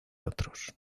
otros